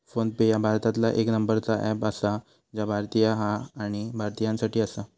phone पे ह्या भारतातला येक नंबरचा अँप आसा जा भारतीय हा आणि भारतीयांसाठी आसा